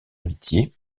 amitié